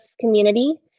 community